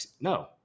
No